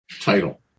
title